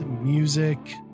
music